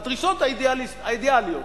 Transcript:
הדרישות האידיאליות.